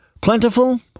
Plentiful